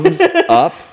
up